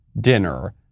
dinner